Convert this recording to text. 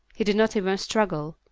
he did not even struggle.